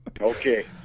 Okay